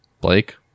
Blake